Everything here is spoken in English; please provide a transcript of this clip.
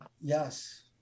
Yes